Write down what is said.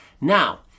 now